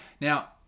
Now